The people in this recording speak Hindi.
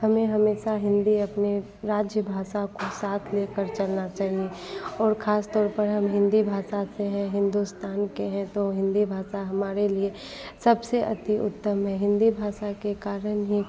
हमें हमेशा हिन्दी अपनी राज्य भाषा को साथ लेकर चलना चाहिए और ख़ास तौर पर हम हिन्दी भाषा से हैं हिंदुस्तान के हैं तो हिन्दी भाषा हमारे लिए सबसे अति उत्तम है हिन्दी भाषा के कारण ही